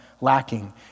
lacking